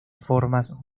formas